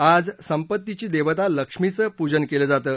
आज संपत्तीची देवता लक्ष्मीचं पूजन केलं जातं